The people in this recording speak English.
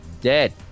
dead